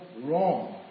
wrong